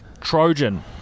Trojan